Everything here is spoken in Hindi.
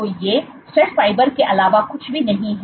तो ये स्ट्रेस फाइबर के अलावा कुछ भी नहीं हैं